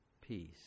peace